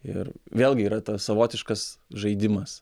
ir vėlgi yra tas savotiškas žaidimas